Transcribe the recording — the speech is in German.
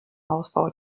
ausbau